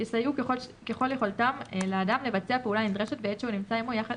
יסייעו ככל יכולתם לאדם לבצע פעולה נדרשת בעת שהוא נמצא עמו יחד